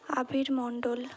Abir Mondal